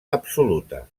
absoluta